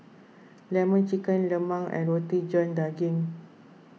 Lemon Chicken Lemang and Roti John Daging